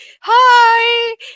hi